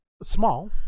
Small